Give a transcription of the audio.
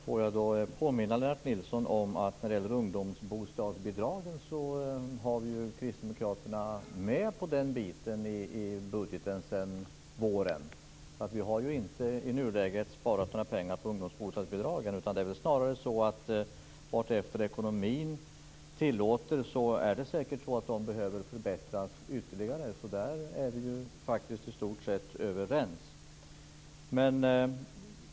Herr talman! Får jag då påminna Lennart Nilsson om att Kristdemokraterna har varit med i den del av budgeten som gäller bostadsbidragen sedan i våras. Vi har inte i nuläget sparat några pengar på ungdomsbostadsbidragen. Vartefter ekonomin tillåter behöver de säkert förbättras ytterligare. Här är vi faktiskt i stort sett överens.